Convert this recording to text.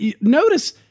notice